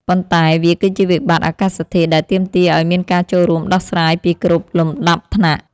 ប៉ុន្តែវាគឺជាវិបត្តិអាកាសធាតុដែលទាមទារឱ្យមានការចូលរួមដោះស្រាយពីគ្រប់លំដាប់ថ្នាក់។